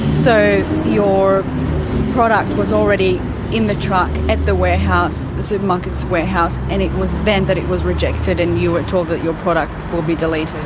so your product was already in the truck at the supermarket warehouse and it was then that it was rejected and you were told that your product will be deleted.